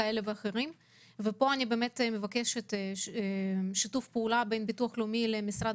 פה אני מבקשת שיתוף פעולה בין ביטוח לאומי למשרד